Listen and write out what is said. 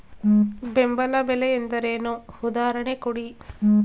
ಬೆಂಬಲ ಬೆಲೆ ಎಂದರೇನು, ಉದಾಹರಣೆ ಕೊಡಿ?